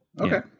okay